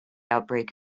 outbreak